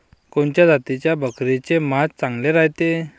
कोनच्या जातीच्या बकरीचे मांस चांगले रायते?